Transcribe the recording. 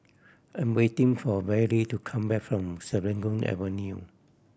I'm waiting for Bailey to come back from Serangoon Avenue